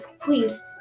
Please